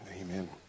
amen